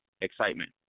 excitement